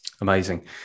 Amazing